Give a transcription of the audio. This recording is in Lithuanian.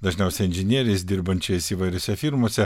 dažniausiai inžinieriais dirbančiais įvairiose firmose